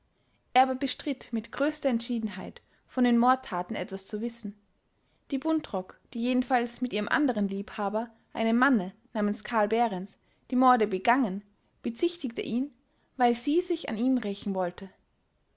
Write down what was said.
erbe bestritt mit größter entschiedenheit von den mordtaten etwas zu wissen die buntrock die jedenfalls mit ihrem anderen liebhaber einem manne namens carl behrens die morde begangen bezichtige ihn weil sie sich an ihm rächen wolle